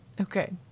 Okay